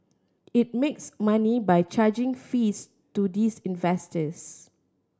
it makes money by charging fees to these investors